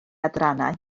adrannau